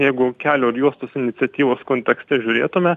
jeigu kelio ir juostos iniciatyvos kontekste žiūrėtume